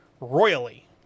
royally